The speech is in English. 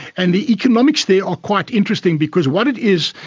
and the economics there are quite interesting because what it is,